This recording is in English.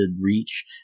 reach